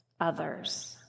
others